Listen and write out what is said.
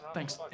Thanks